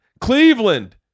Cleveland